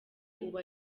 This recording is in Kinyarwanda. ubu